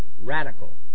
radical